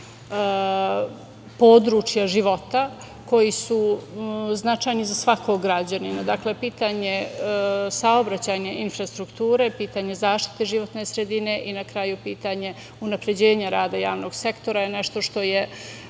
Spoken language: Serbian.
područja života koji su značajni za svakog građanina. Pitanje saobraćajne infrastrukture, pitanje zaštite životne sredine i na kraju pitanje unapređenja javnog sektora je nešto što se